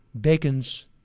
Bacon's